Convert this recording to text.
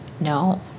No